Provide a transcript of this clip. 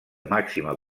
màxima